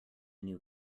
new